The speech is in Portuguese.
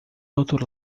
outro